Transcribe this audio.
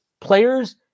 players